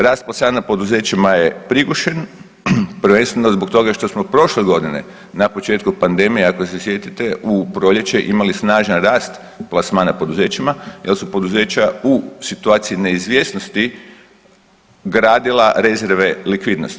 Rast … poduzećima je prigušen, prvenstveno zbog toga što smo prošle godine na početku pandemije ako se sjetite u proljeće imali snažan rast plasmana poduzećima jel su poduzeća u situaciji neizvjesnosti gradila rezerve likvidnosti.